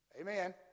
Amen